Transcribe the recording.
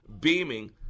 beaming